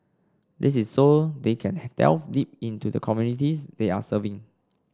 this is so they can delve deep into the communities they are serving